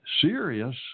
serious